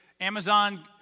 Amazon